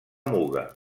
muga